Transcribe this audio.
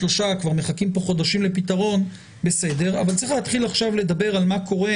שלושה - כבר מחכים כאן חודשים לפתרון אבל צריך להתחיל לדבר על מה קורה